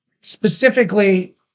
specifically